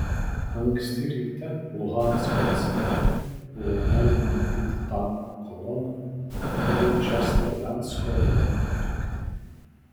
anksti ryte luhansko centre buvo galima matyti tankų koloną judančią slovjansko rajono kryptimi